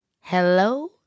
Hello